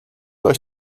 euch